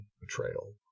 betrayal